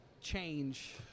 change